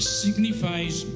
signifies